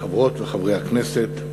חברות וחברי הכנסת,